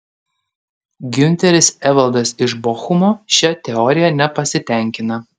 giunteris evaldas iš bochumo šia teorija nepasitenkina